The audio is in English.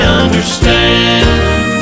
understand